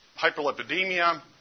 hyperlipidemia